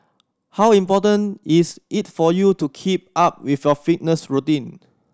how important is it for you to keep up with your fitness routine